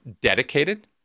dedicated